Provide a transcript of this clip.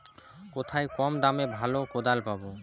কোথায় কম দামে ভালো কোদাল পাব?